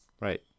Right